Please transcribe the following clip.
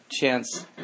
chance